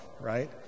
right